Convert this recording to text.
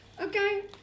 Okay